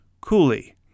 Coolly